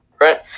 right